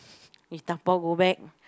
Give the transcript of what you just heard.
we dabao go back